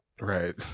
right